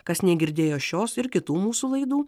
kas negirdėjo šios ir kitų mūsų laidų